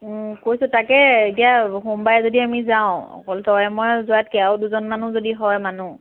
কৈছোঁ তাকে এতিয়া সোমবাৰে যদি আমি যাওঁ অকল তই মই যোৱাতকে আৰু দুজন মানুহ যদি হয় মানুহ